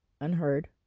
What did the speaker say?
Unheard